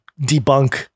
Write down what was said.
debunk